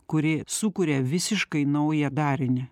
kuri sukuria visiškai naują darinį